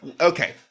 Okay